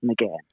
again